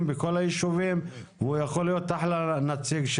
ובכל היישובים והוא יכול להיות אחלה נציג.